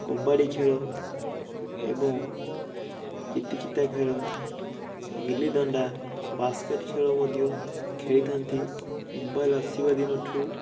କବାଡ଼ି ଖେଳ ଏବଂ କିତିକିତି ଖେଳ ଗିଲିଦଣ୍ଡା ବାସ୍କେଟ୍ ଖେଳ ମଧ୍ୟ ଖେଳ ଖେଳିଥାନ୍ତି ମୋବାଇଲ୍ ଆସିବା ଦିନଠୁ